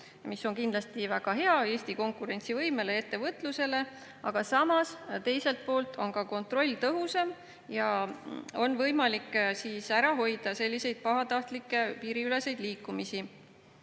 See on kindlasti väga hea Eesti konkurentsivõimele ja ettevõtlusele, aga samas, teiselt poolt on ka kontroll tõhusam ning on võimalik ära hoida selliseid pahatahtlikke piiriüleseid liikumisi.